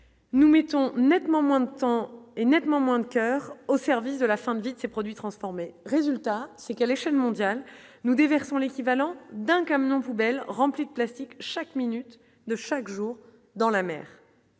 Nous mettons nettement moins de temps et nettement moins de coeur au service de la fin de vie de ces produits transformés, résultat, c'est qu'à l'échelle mondiale, nous déversons l'équivalent d'un camion poubelle remplis de plastique chaque minute de chaque jour dans la mer.